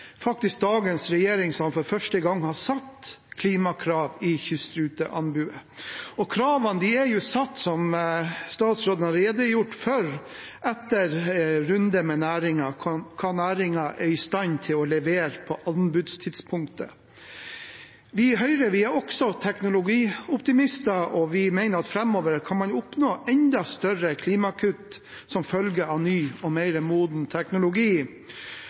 faktisk dagens regjering som for første gang har satt klimakrav i kystruteanbudet. Kravene er satt, som statsråden har redegjort for, etter runder med næringen om hva næringen er i stand til å levere på anbudstidspunktet. Vi i Høyre er også teknologioptimister, og vi mener at framover kan man oppnå enda større klimakutt som følge av ny og mer moden teknologi.